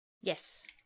yes